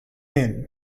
min